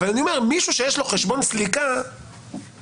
אבל מישהו שיש לו חשבון סליקה - הגיוני.